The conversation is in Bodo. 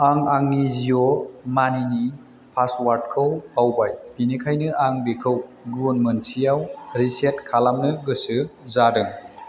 आं आंनि जिअ मानिनि पासवार्डखौ बावबाय बेनिखायनो आं बेखौ गुबुन मोनसेआव रिसेट खालामनो गोसो जादों